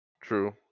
True